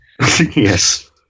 yes